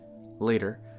Later